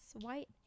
White